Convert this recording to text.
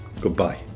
Goodbye